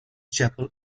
chapel